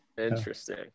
interesting